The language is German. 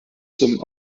zum